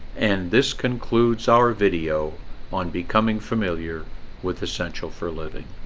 and this concludes our video on becoming familiar with essential for living